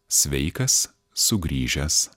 sveikas sugrįžęs